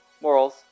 morals